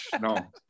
No